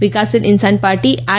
Vikassheel Insaan party R